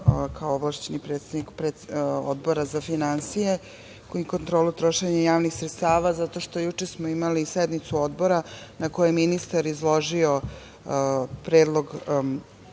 kao ovlašćeni predlagač Odbora za finansije i kontrolu trošenja javnih sredstava, zato što smo juče imali sednicu Odbora, na kojoj je ministar izložio predlog